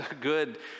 good